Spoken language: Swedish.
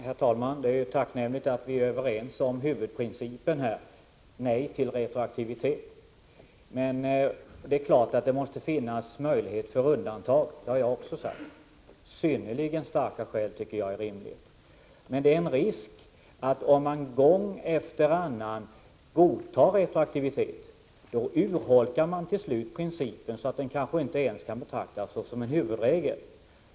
Herr talman! Det är tacknämligt att vi är överens om huvudprincipen: nej tillretroaktivitet. Men det är klart att det måste finnas möjlighet till undantag —- det har jag också sagt. Jag tycker att ”synnerligen starka skäl” är rimligt. Risken är att om man gång efter annan godtar retroaktivitet, urholkar man principen, så att den till slut kanske inte ens betraktas som en huvudregel.